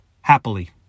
Happily